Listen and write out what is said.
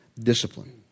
Discipline